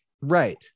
Right